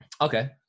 Okay